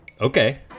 Okay